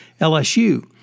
LSU